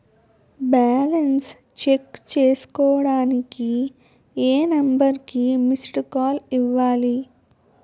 Balance check చేసుకోవటానికి ఏ number కి మిస్డ్ కాల్ ఇవ్వాలి?